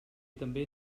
també